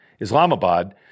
Islamabad